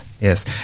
yes